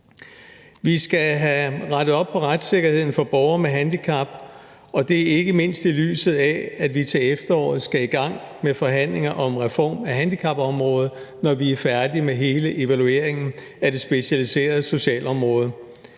Vi skal have rettet op på retssikkerheden for borgere med handicap, og det er ikke mindst, i lyset af at vi til efteråret skal i gang med forhandlinger om en reform af handicapområdet, når vi er færdige med hele evalueringen af det specialiserede socialområde.